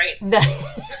right